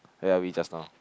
where are we just now